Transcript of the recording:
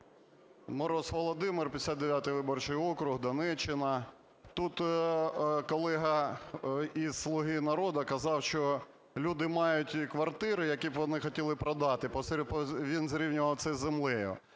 Мороз Володимир, 59 виборчий округ, Донеччина. Тут колега із "Слуги народу" казав, що люди мають квартири, які б вони хотіли продати, він зрівнював це з землею.